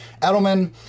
Edelman